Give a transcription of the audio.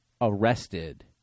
arrested